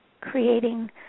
creating